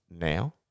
now